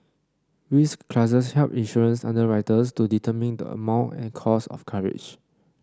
risk classes help insurance underwriters to determine the amount and cost of coverage